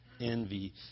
envy